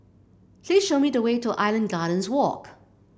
please show me the way to Island Gardens Walk